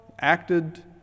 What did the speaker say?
acted